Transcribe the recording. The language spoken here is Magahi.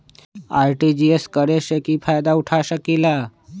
आर.टी.जी.एस करे से की फायदा उठा सकीला?